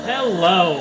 Hello